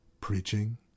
preaching